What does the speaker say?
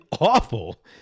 awful